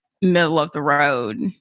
middle-of-the-road